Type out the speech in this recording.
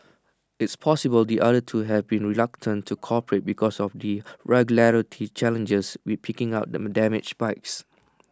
it's possible the other two have been reluctant to cooperate because of the regulatory challenges with picking up them damaged bikes